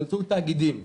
באמצעות תאגידים.